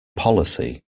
policy